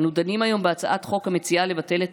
אנו דנים היום בהצעת חוק המציעה לבטל את